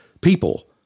people